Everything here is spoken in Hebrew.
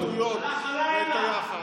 ותראה את ההתבטאויות ואת היחס.